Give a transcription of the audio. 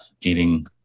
eating